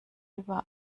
über